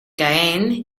caen